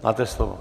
Máte slovo.